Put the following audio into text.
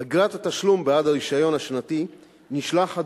אגרת התשלום בעד הרשיון השנתי נשלחת